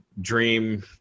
Dream